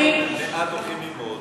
ואנשים מעטים הולכים ללמוד.